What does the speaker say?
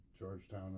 Georgetown